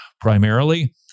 primarily